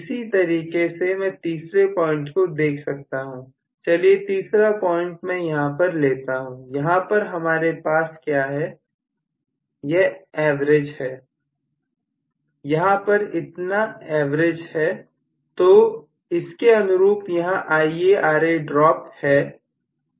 इसी तरीके से मैं तीसरे पॉइंट को देख सकता हूं चलिए तीसरा पॉइंट मैं यहां पर लेता हूं यहां पर हमारे पास क्या है यह एवरेज है यहां पर इतना एवरेज है तो इसके अनुरूप यहां IaRa ड्रॉप है